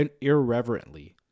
irreverently